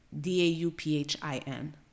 D-A-U-P-H-I-N